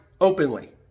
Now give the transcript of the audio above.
openly